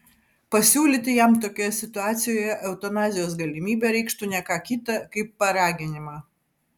pasiūlyti jam tokioje situacijoje eutanazijos galimybę reikštų ne ką kita kaip paraginimą